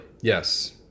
Yes